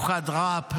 במיוחד ראפ,